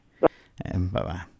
Bye-bye